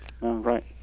right